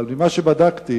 אבל ממה שבדקתי,